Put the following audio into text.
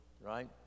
right